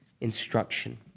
instruction